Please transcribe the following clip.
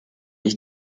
ich